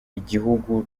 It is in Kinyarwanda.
igihugu